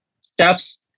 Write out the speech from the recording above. steps